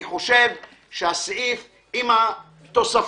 אני חושב שהסעיף עם התוספות,